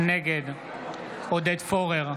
נגד עודד פורר,